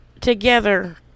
together